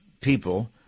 people